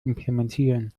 implementieren